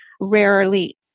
Rarely